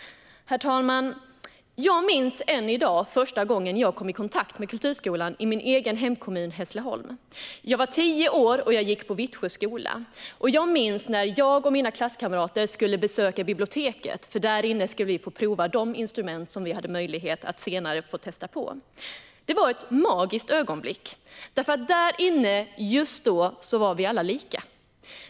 Herr talman! Jag minns än i dag första gången jag kom i kontakt med kulturskolan i min hemkommun Hässleholm. Jag var tio år och gick på Vittsjö skola. Jag och mina klasskamrater skulle besöka biblioteket, för där skulle vi få testa de instrument som vi hade möjlighet att senare prova på. Det var ett magiskt ögonblick därför att där inne, just då, var vi alla lika.